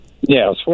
Yes